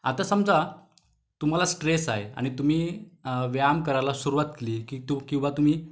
आता समजा तुम्हाला स्ट्रेस आहे आणि तुम्ही व्यायाम करायला सुरवात केली की टो किंवा तुम्ही